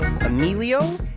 Emilio